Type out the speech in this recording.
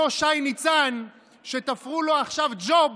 אותו שי ניצן שתפרו לו עכשיו ג'וב